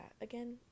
again